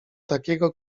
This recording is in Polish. takiego